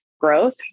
growth